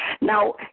Now